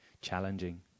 challenging